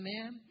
Amen